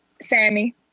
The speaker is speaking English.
Sammy